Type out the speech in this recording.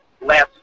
last